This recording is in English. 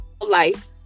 life